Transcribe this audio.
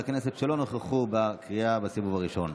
הכנסת שלא נוכחו בקריאה בסיבוב הראשון.